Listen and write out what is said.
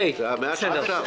הכול בסדר.